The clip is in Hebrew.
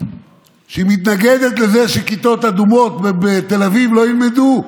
שהיא מתנגדת שכיתות אדומות בתל אביב לא ילמדו.